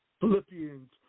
Philippians